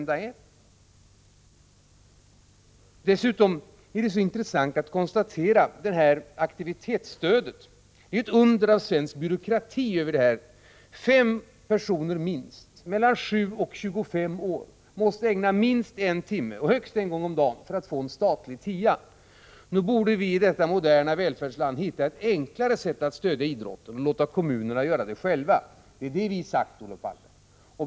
Dessutom är det så intressant att konstatera att aktivitetsstödet är ett under av svensk byråkrati: fem personer minst mellan 7 och 25 år måste ägna minst en timme, högst en gång om dagen, åt idrott för att en statlig tia skall utgå. Nog borde vi i detta moderna välfärdsland kunna hitta ett enklare sätt att stödja idrotten och låta kommunerna göra det själva. Det är detta vi har sagt, Olof Palme.